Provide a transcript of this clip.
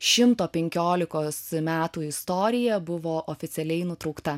šimto penkiolikos metų istorija buvo oficialiai nutraukta